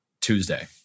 Tuesday